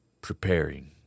preparing